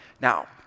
Now